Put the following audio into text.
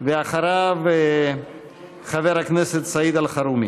אחריו, חבר הכנסת סעיד אלחרומי.